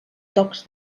tocs